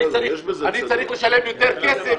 אני צריך לשלם יותר כסף.